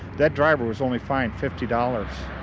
that driver was only fined fifty dollars.